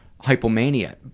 hypomania